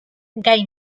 gai